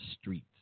streets